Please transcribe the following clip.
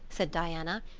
said diana.